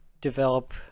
develop